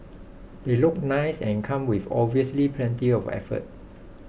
they look nice and come with obviously plenty of effort